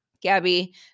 gabby